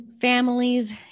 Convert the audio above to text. families